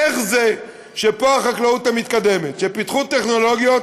איך זה שפה החקלאות המתקדמת, ופיתחו טכנולוגיות,